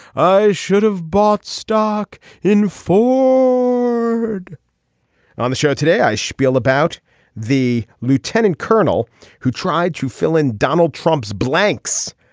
i should have bought stock in food on the show today i spiel about the lieutenant colonel who tried to fill in donald trump's blanks.